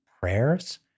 prayers